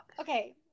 okay